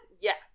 yes